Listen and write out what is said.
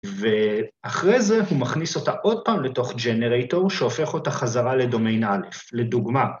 ‫ואחרי זה הוא מכניס אותה ‫עוד פעם לתוך ג'נרייטור, ‫שהופך אותה חזרה לדומיין א', לדוגמה.